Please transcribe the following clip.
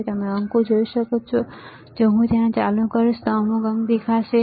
તમે અંક જોઈ શકો છો જો હું તેને ચાલુ કરીશ તો તમને અમુક અંક દેખાશે ખરું